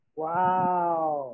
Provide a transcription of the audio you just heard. wow